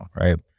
right